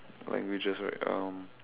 languages right um